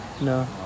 No